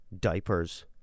Diapers